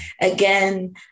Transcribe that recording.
again